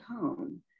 tone